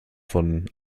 von